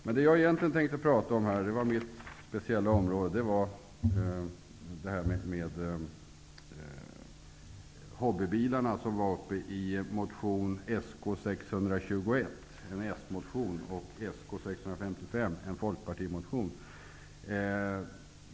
Men det som jag egentligen tänkte tala om, och som är mitt speciella område, är hobbybilarna, vilka togs upp i motionerna Sk621, som är en socialdemokratisk motion, och Sk655, som är en folkpartimotion.